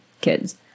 kids